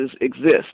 exist